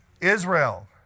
Israel